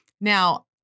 now